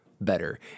better